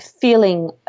feeling